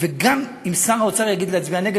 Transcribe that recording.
וגם אם שר האוצר יגיד להצביע נגד,